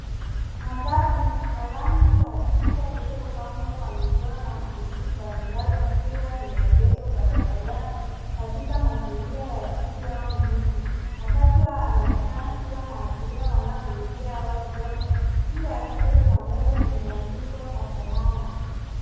Matatu ya rangi ya chungwa lililoambwa kwa michoro na maandishi mbali mbali likiwa limeegezwa barabarani katika mazingira ya jiji au mji. Matatu haya yanaonekana kua na abiria wanaoingia au kutoka. Juu ya kio cha mbele kumeandikwa Catalanas.